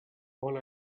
all